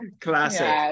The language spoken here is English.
Classic